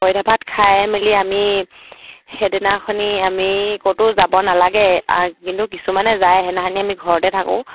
পঁইতা ভাত খাই মেলি আমি সেইদিনাখনি আমি ক'তো যাব নালাগে কিন্তু কিছুমানে যায় সেইদিনাখিনি আমি ঘৰতে থাকোঁ